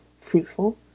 fruitful